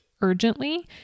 urgently